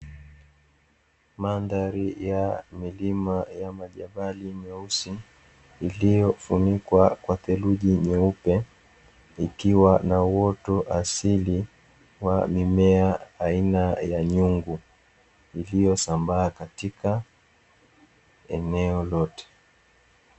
Mandhari ya milima ya majabali meusi iliyofunikwa kwa theluji nyeupe, ikiwa na uoto asili wa mimea aina ya nyungu iliyosambaa katika eneo lote.